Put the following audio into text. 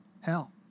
Hell